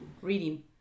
reading